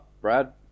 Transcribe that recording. Brad